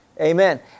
Amen